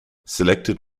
selected